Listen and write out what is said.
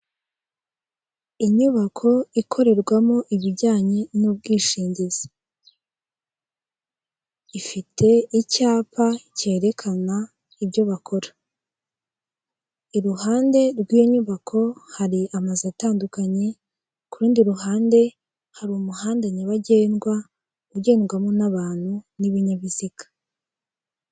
Inyubako ikorerwamo ibijyanye n'ubwishingizi, ifite icyapa cyerekana ibyo bakora iruhande rw'iyo nyubako hari amazu atandukanye ku rundi ruhande hari umuhanda nyabagendwa ugendwamo n'abantu n'ibinyabiziga.